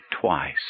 twice